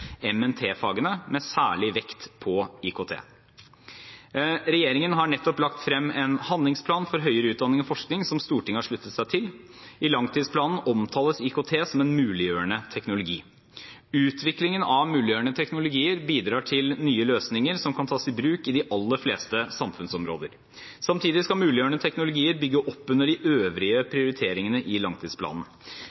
med særlig vekt på IKT. Regjeringen har nettopp lagt frem en handlingsplan for høyere utdanning og forskning som Stortinget har sluttet seg til. I langtidsplanen omtales IKT som en muliggjørende teknologi. Utviklingen av muliggjørende teknologier bidrar til nye løsninger som kan tas i bruk på de aller fleste samfunnsområder. Samtidig skal muliggjørende teknologier bygge opp under de øvrige prioriteringene i langtidsplanen.